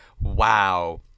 Wow